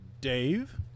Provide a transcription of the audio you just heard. Dave